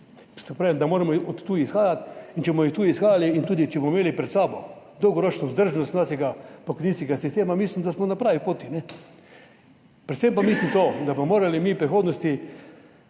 Če bomo od tu izhajali in če bomo imeli pred sabo tudi dolgoročno vzdržnost našega pokojninskega sistema, mislim, da smo na pravi poti. Predvsem pa mislim, da bomo morali mi v prihodnosti